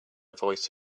voice